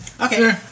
Okay